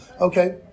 Okay